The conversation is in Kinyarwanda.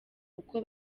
uko